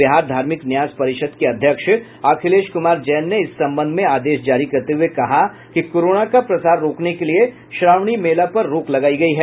बिहार धार्मिक न्यास परिषद के अध्यक्ष अखिलेश कुमार जैन ने इस संबंध में आदेश जारी करते हुए कहा कि कोरोना का प्रसार रोकने के लिए श्रावणी मेला पर रोक लगायी गयी है